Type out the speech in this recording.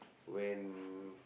when